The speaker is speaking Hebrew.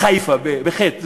"ח'יפה" בח'י"ת,